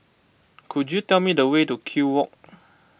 could you tell me the way to Kew Walk